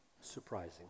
surprising